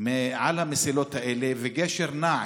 מעל המסילות האלה וגשר נע,